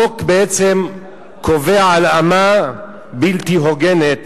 החוק בעצם קובע הלאמה בלתי הוגנת